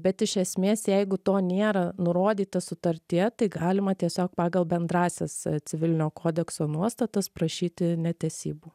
bet iš esmės jeigu to nėra nurodyta sutartyje tai galima tiesiog pagal bendrąsias civilinio kodekso nuostatas prašyti netesybų